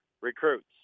recruits